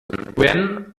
gwen